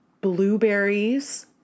blueberries